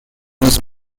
was